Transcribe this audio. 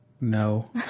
No